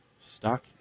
Stock